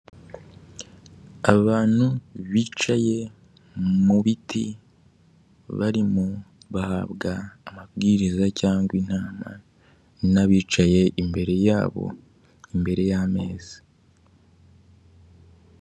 Abantu bicaye mu biti barimo bahabwa amabwiriza cyangwa inama, n'abicaye imbere yabo imbere y'ameza.